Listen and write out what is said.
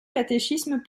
catéchisme